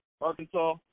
Arkansas